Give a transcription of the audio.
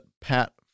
Pat